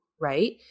right